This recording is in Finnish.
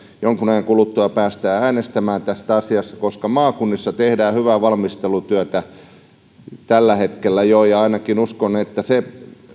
jonkun ajan kuluttua päästään äänestämään tästä asiasta koska maakunnissa tehdään hyvää valmistelutyötä jo tällä hetkellä ainakin uskon että se